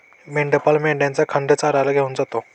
मेंढपाळ मेंढ्यांचा खांड चरायला घेऊन जातो